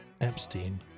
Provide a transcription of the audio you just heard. Epstein